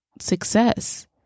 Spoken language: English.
success